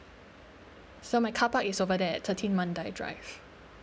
so my carpark is over there thirteen mandai drive